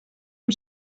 amb